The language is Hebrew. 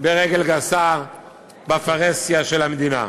ברגל גסה בפרהסיה של המדינה.